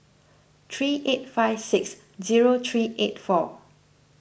three eight five six zero three eight four